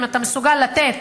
אם אתה מסוגל לתת,